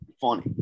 funny